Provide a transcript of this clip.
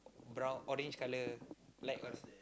brown orange colour black